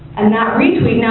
and that retweet,